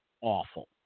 awful